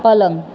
પલંગ